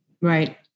Right